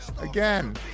Again